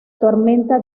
tormenta